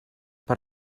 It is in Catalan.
per